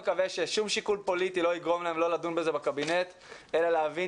ששום שיקול פוליטי לא יגרום להם לא לדון בזה בקבינט אלא להבין